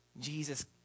Jesus